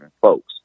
folks